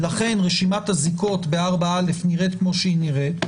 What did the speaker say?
לכן רשימת הזיקות ב-4א נראית כמו שהיא נראית,